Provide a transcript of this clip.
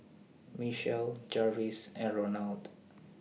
Michell Jarvis and Ronald